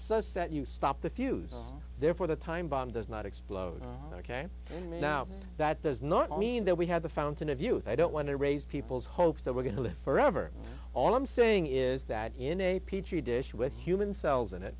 that you stop the fuse therefore the time bomb does not explode ok and now that does not mean that we have the fountain of youth i don't want to raise people's hopes that we're going to live forever all i'm saying is that in a petri dish with human cells in it